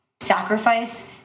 sacrifice